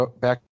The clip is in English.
back